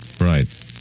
Right